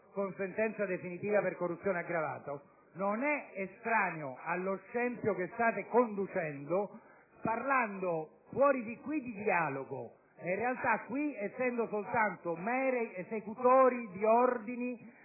con sentenza definitiva per corruzione aggravata, non è estraneo allo scempio che state compiendo parlando fuori di qui di dialogo ed essendo in realtà in questa sede soltanto meri esecutori di ordini